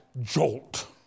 jolt